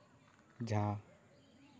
ᱡᱟᱦᱟᱸ